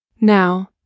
Now